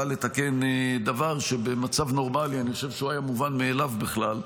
לתקן דבר שבמצב נורמלי אני חושב שהוא היה מובן מאליו בכלל,